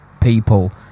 people